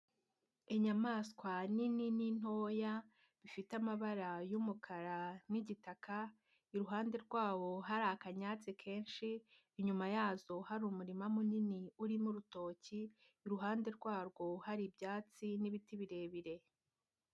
Inyamaswa nini n'intoya, bifite amabara y'umukara n'igitaka, iruhande rwabo hari akanyatsi kenshi, inyuma yazo hari umurima munini urimo urutoki, iruhande rwarwo hari ibyatsi n'ibiti birebire.